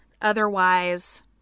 Otherwise